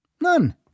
None